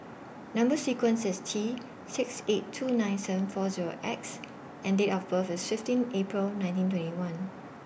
Number sequence IS T six eight two nine seven four Zero X and Date of birth IS fifteen April nineteen twenty one